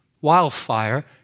wildfire